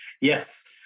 Yes